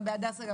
גם בהדסה,